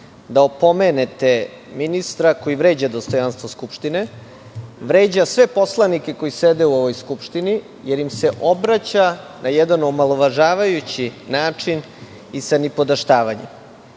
da opomenete ministra koji vređa dostojanstvo Skupštine, vređa sve poslanike koji sede u ovoj Skupštini jer im se obraća na jedan omalovažavajući način i sa nipodaštavanjem. Prvi